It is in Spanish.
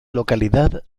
localidad